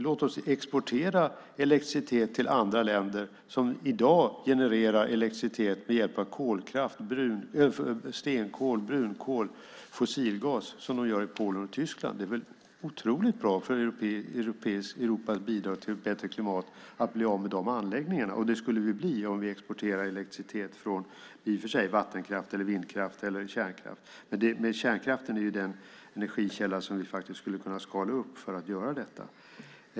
Låt oss exportera elektricitet till andra länder som i dag genererar elektricitet med hjälp av stenkol, brunkol och fossilgas, som de gör i Polen och Tyskland. Det är väl otroligt bra för Europas bidrag till ett bättre klimat att bli av med de anläggningarna, och det skulle vi bli om vi exporterade elektricitet, i och för sig från vattenkraft, vindkraft eller kärnkraft. Kärnkraften är den energikälla som vi faktiskt skulle kunna utveckla i större skala för att göra detta.